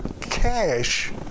cash